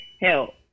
help